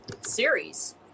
series